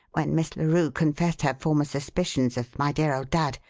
when miss larue confessed her former suspicions of my dear old dad,